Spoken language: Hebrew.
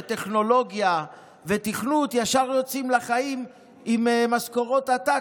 טכנולוגיה ותכנות ישר יוצאים לחיים עם משכורות עתק,